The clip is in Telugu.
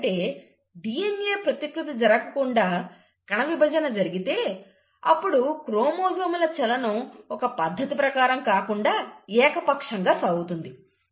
ఎందుకంటే DNA ప్రతికృతి జరగకుండా కణవిభజన జరిగితే అప్పుడు క్రోమోజోముల చలనం ఒక పద్ధతి ప్రకారం కాకుండా ఏకపక్షంగా జరుగుతుంది